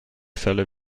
fälle